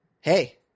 Hey